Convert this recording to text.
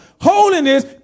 holiness